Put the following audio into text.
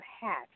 hat